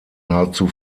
nahezu